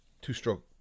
two-stroke